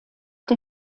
der